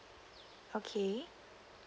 okay